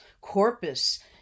corpus